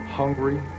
hungry